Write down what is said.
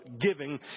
giving